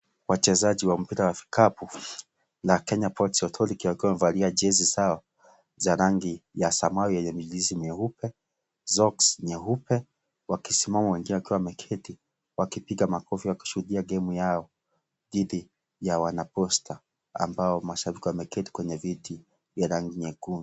Wachezaji wa mpira wa vikapu na Kenya Ports Authority wakiwa wamevalia jezi zao za rangi ya samawi yenye michirizi mieupe, socks nyeupe wakisimama wengine wakiwa wameketi wakipiga makofi wakishuhudia gemu yao dhidi ya wanaposta, ambao mashabiki wameketi kwenye viti vya rangi nyekundu.